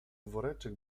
woreczek